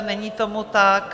Není tomu tak.